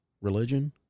Religion